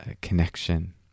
connection